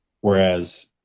whereas